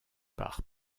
par